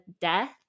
death